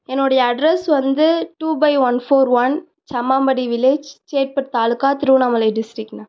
என்னுடய அட்ரஸ் வந்து two by one four one Sammampadi village Chetpet taluka Tiruvannamalai டிஸ்ட்ரிக்ண்ணா